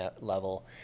level